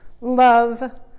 love